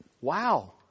wow